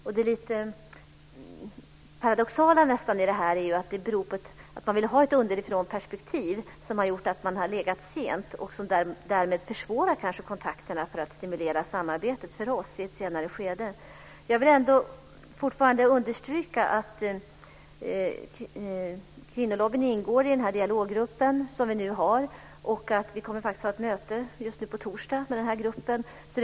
Det lite paradoxala är att detta beror på att man velat ha ett underifrånperspektiv. Det har gjort att man har varit sent ute, vilket kanske har försvårat våra kontakter för att stimulera samarbetet i ett senare skede. Jag vill ändå fortfarande understryka att kvinnolobbyn ingår i den dialoggrupp som vi nu har och att vi kommer att ha ett möte med den gruppen på torsdag.